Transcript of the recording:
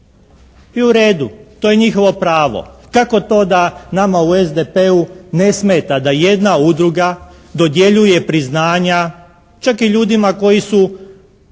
I u redu, to je njihovo pravo. Kako to da nama u SDP-u ne smeta da jedna udruga dodjeljuje priznanja čak i ljudima koji su